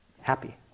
happy